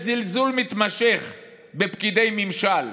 יש זלזול מתמשך בפקידי ממשל,